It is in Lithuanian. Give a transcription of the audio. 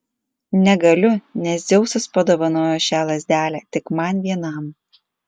negaliu nes dzeusas padovanojo šią lazdelę tik man vienam